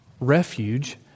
refuge